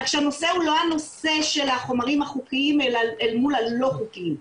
כך שהנושא הוא לא הנושא של החומרים החוקיים אל מול הלא חוקיים,